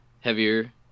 heavier